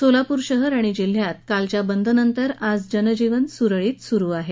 सोलापूर शहर आणि जिल्ह्यात कालच्या बंदनंतर आज जनजीवन सुरळीत सुरु आहे